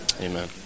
Amen